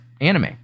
anime